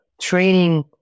training